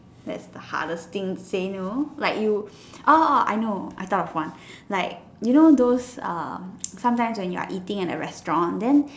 that's the hardest thing to say no like you orh I know I thought of one like you know those uh sometimes when you are eating at a restaurant then